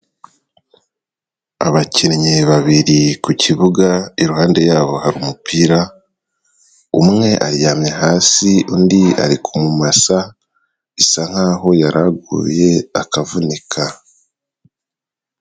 Abakinnyi babiri ku kibuga iruhande yabo hari umupira, umwe aryamye hasi undi ari kumumasa bisa nk'aho yaraguye akavunika.